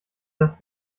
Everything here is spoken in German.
das